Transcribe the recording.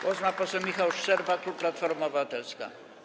Głos ma poseł Michał Szczerba, klub Platforma Obywatelska.